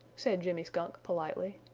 said jimmy skunk, politely.